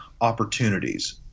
opportunities